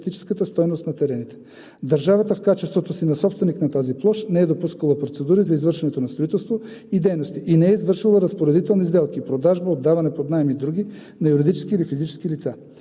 естетическата стойност на терените. Държавата в качеството си на собственик на тази площ не е допускала процедури за извършването на строителство и дейности и не е извършвала разпоредителни сделки – продажба, отдаване под наем и други, на юридически или физически лица.